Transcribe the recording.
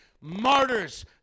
Martyrs